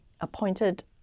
appointed